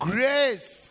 Grace